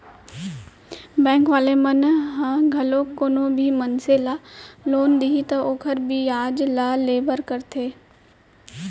bank वाले मन ह घलोक कोनो भी मनसे ल लोन दिही त ओखर बियाज तो लेबे करथे